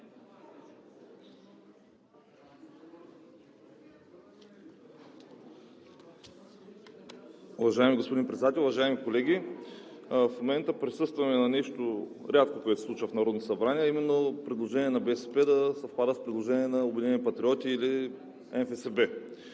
Уважаеми господин Председател, уважаеми колеги! В момента присъстваме на нещо, което рядко се случва в Народното събрание, а именно предложение на БСП да съвпада с предложение на „Обединени патриоти“ или НФСБ.